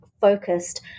focused